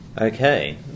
Okay